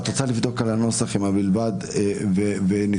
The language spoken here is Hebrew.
את רוצה לבדוק את הנוסח עם ה"בלבד" ונתקדם?